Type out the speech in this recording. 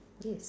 yes